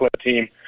team